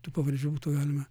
tų pavardžių būtų galima